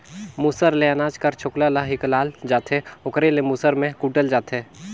मूसर ले अनाज कर छोकला ल हिंकालल जाथे ओकरे ले मूसर में कूटल जाथे